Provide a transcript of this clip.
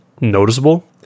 noticeable